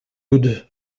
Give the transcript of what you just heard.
wood